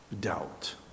Doubt